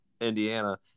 Indiana